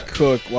cook